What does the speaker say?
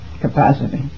capacity